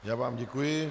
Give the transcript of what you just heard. Já vám děkuji.